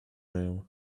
now